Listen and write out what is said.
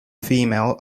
female